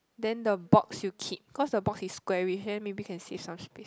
then the box you keep cause the box is squarish then maybe you can save some space